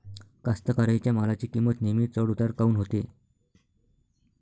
कास्तकाराइच्या मालाची किंमत नेहमी चढ उतार काऊन होते?